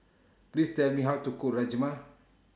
Please Tell Me How to Cook Rajma